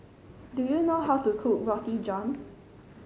do you know how to cook Roti John